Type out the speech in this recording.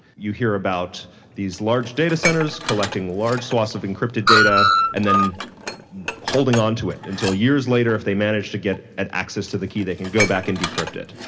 you hear about these large data centers collecting large swaths of encrypted data and then holding on to it until years later if they managed to get at axis to the key, they can go back and decrypt it.